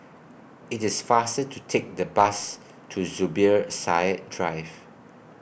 IT IS faster to Take The Bus to Zubir Said Drive